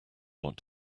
what